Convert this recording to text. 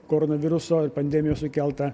koronaviruso pandemijos sukeltą